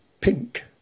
pink